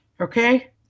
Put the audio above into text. okay